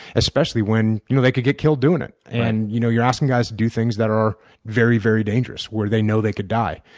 especially when you know they could get killed doing it. and you know you're asking guys to do things that are very, very dangerous, where they know they could die.